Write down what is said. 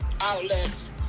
outlets